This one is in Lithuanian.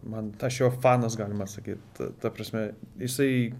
man aš jo fanas galima sakyt ta prasme jisai